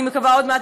אני מקווה עוד מעט,